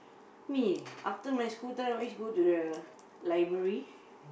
me after my school time I always go to the library